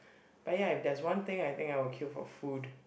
but ya there is one thing I think I will queue for food